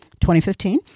2015